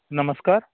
नमस्कार